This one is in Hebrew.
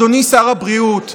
אדוני שר הבריאות,